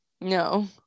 No